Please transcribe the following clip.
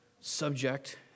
subject